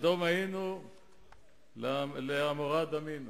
כסדום היינו ולעמורה דמינו.